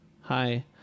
hi